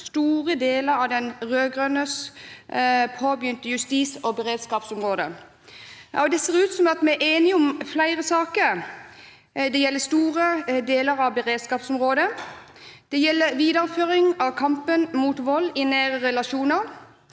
store deler av de rød-grønnes påbegynte arbeid på justis- og beredskapsområdet. Det ser ut til at vi er enige om flere saker: Det gjelder store deler av beredskapsområdet, det gjelder videreføring av kampen mot vold i nære relasjoner,